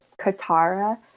Katara